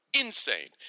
Insane